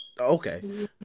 Okay